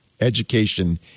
Education